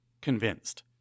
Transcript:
convinced